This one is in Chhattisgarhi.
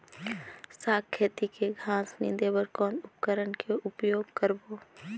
साग खेती के घास निंदे बर कौन उपकरण के उपयोग करबो?